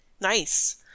Nice